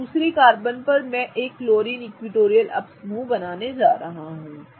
तो दूसरी कार्बन पर मैं एक क्लोरीन इक्विटोरियल अप समूह बनाने जा रहा हूं